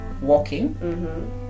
walking